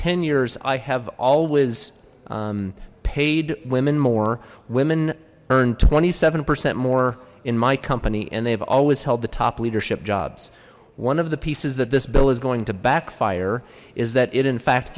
ten years i have always paid women more women earn twenty seven percent more in my company and they've always held the top leadership jobs one of the pieces that this bill is going to backfire is that it in fact